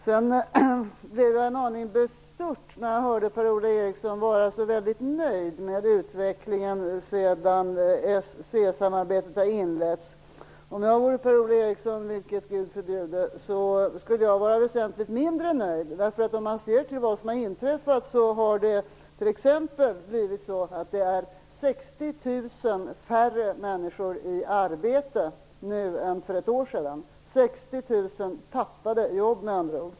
Jag blev en aning bestört då jag hörde att Per-Ola Eriksson är så nöjd med utvecklingen sedan s-csamarbetet inleddes. Om jag var Per-Ola Eriksson, vilket Gud förbjude, skulle jag vara väsentligt mindre nöjd. Sett till vad som inträffat är ju t.ex. 60 000 färre i arbete jämfört med hur det var för ett år sedan - alltså 60 000 tappade jobb.